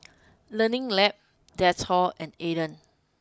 learning Lab Dettol and Aden